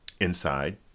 inside